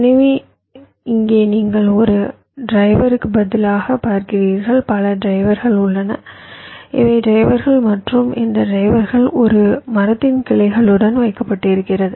எனவே இங்கே நீங்கள் ஒரு டிரைவருக்கு பதிலாக பார்க்கிறீர்கள் பல டிரைவர்கள் உள்ளன இவை டிரைவர்கள் மற்றும் இந்த டிரைவர்கள் ஒரு மரத்தின் கிளைகளுடன் வைக்கப்படுகிறது